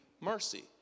mercy